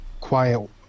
quiet